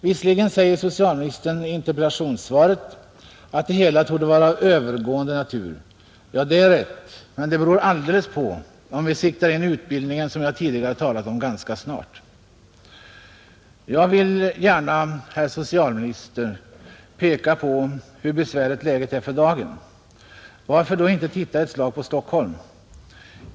Socialministern säger i interpellationssvaret att det hela torde vara av övergående natur. Ja, det är rätt, men det beror alldeles på om vi siktar in utbildningen som jag tidigare talat om ganska snart. Jag vill gärna, herr socialminister, peka på hur besvärligt läget är för dagen. Varför då inte titta ett slag på Stockholm?